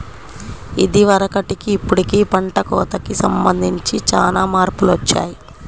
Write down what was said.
ఇదివరకటికి ఇప్పుడుకి పంట కోతకి సంబంధించి చానా మార్పులొచ్చాయ్